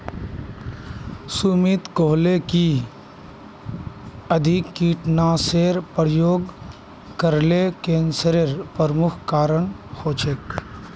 सुमित कहले कि अधिक कीटनाशेर प्रयोग करले कैंसरेर प्रमुख कारण हछेक